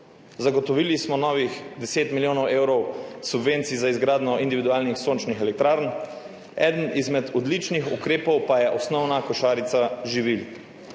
Zagotovili smo novih 10 milijonov evrov subvencij za izgradnjo individualnih sončnih elektrarn. Eden izmed odličnih ukrepov pa je osnovna košarica živil,